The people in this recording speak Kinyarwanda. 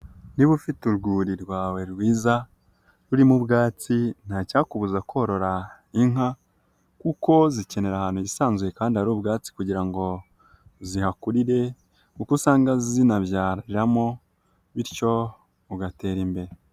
Niba ufite urwuri rwawe rwiza rurimo ubwatsi, ntacyakubuza korora inka kuko zikenera ahantu hisanzwezuye kandi hari ubwatsi kugira ngo zihakurire kuko usanga zinabyariramo, bityo ugatera imbere.